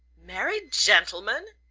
married gentlemen?